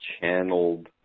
channeled